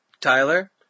Tyler